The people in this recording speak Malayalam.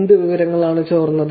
എന്ത് വിവരങ്ങളാണ് ചോർന്നത്